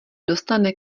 dostane